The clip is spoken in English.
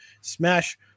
smash